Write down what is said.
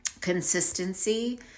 consistency